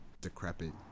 decrepit